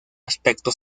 aspecto